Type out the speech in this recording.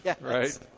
right